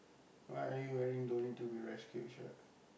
why are you wearing don't need to be rescued shirt